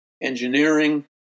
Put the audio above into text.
engineering